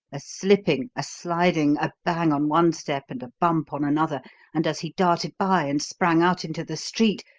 a slipping, a sliding, a bang on one step and a bump on another and, as he darted by, and sprang out into the street,